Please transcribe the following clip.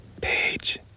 Page